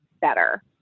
better